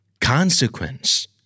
Consequence